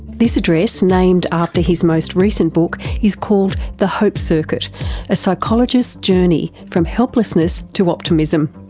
this address, named after his most recent book, is called the hope circuit a psychologist's journey from helplessness to optimism.